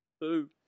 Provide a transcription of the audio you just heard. Boo